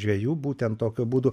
žvejų būtent tokiu būdu